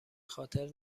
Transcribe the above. خاطر